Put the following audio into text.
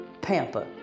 Pampa